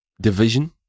division